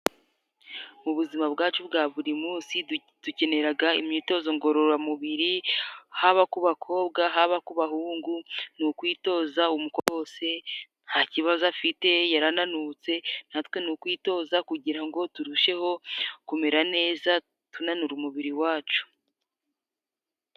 Mu buzima bwacu bwa buri munsi dukenera imyitozo ngororamubiri. Haba ku bakobwa, haba ku bahungu ni ukwitoza. Umukobwa wese nta kibazo afite yarananutse, natwe ni ukwitoza kugira ngo turusheho kumera neza tunanura umubiri wacu.